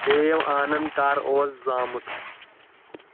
دیو آنند کر اوس زامُت